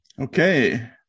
Okay